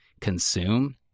consume